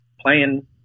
playing